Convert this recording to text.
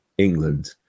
England